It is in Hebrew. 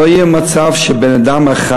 לא יהיה מצב שבן-אדם אחד